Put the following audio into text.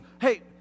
hey